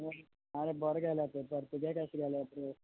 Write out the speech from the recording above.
आरे बरो गेलो पेपर तुगे कसो गेलो ब्रो